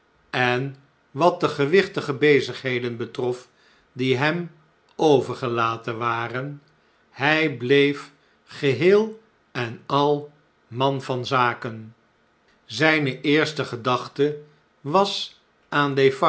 en wat de gewichtige bezigheden betrof die hem overgelaten waren hij bleef geheel en al man van zaken zjjne eerste gedachte was aan